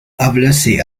hablase